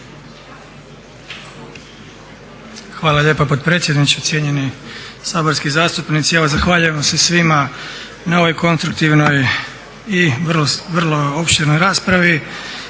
Hvala lijepa potpredsjedniče, cijenjeni saborski zastupnici. Evo zahvaljujem vam se svima na ovoj konstruktivnoj i vrlo opširnoj raspravi